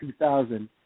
2000